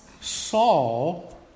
Saul